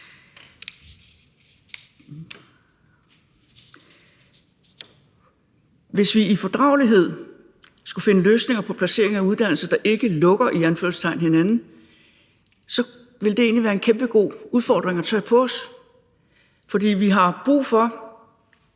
Hvis vi i fordragelighed skulle finde løsninger på placering af uddannelser, der ikke lukker – i anførselstegn – hinanden, så ville det egentlig være en virkelig god udfordring at tage på os, fordi vi har brug for